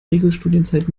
regelstudienzeit